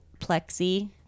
plexi